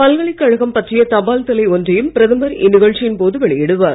பல்கலைக்கழகம் பற்றிய தபால் தலை ஒன்றையும் பிரதமர் இந்நிகழ்ச்சியின் போது வெளியிடுவார்